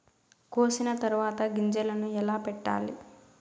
కోసిన తర్వాత గింజలను ఎలా పెట్టాలి